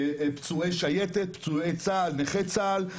פצועי שייטת, פצועי צה"ל, נכי צה"ל.